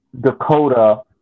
Dakota